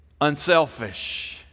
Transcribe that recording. unselfish